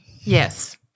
yes